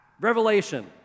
Revelation